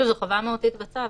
יש לזה חובה מהותית בצו,